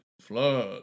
Flood